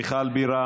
מוותרת, מיכל בירן,